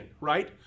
right